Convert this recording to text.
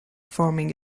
forming